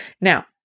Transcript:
Now